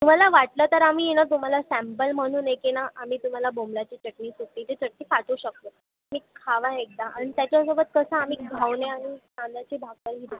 तुम्हाला वाटलं तर आम्ही आहे ना तुम्हाला सॅंपल म्हणून एक आहे ना आम्ही तुम्हाला बोंबलाची चटणी सुकटीची चटणी पाठवू शकतो तुम्ही खा एकदा आणि त्याच्यासोबत कसं आम्ही घावने आणि तांदळाची भाकर बी देतो